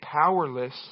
powerless